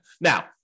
Now